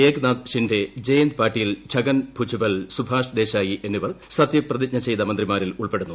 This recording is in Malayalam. ഏകനാഥ് ഷിൻഡേ ജയന്ത് പാട്ടിൽ ഛഗൻ ഭുജ്പൽ സുഭാഷ് ദേശായി എന്നിവർ സത്യപ്രതിജ്ഞ ചെയ്ത മന്ത്രിമാരിൽ ഉൾപ്പെടുന്നു